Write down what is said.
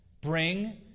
Bring